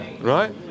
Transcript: right